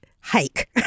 hike